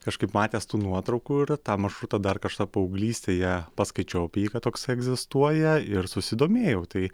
kažkaip matęs tų nuotraukų ir tą maršrutą dar kažkada paauglystėje paskaičiau apie jį kad toks egzistuoja ir susidomėjau tai